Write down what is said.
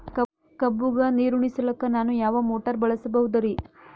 ಕಬ್ಬುಗ ನೀರುಣಿಸಲಕ ನಾನು ಯಾವ ಮೋಟಾರ್ ಬಳಸಬಹುದರಿ?